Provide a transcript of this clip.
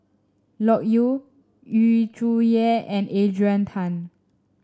Loke Yew Yu Zhuye and Adrian Tan